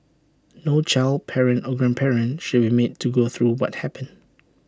no child parent or grandparent should be made to go through what happened